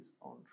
on